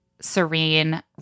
Serene